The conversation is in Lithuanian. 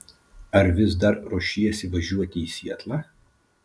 ar vis dar ruošiesi važiuoti į sietlą